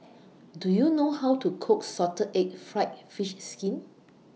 Do YOU know How to Cook Salted Egg Fried Fish Skin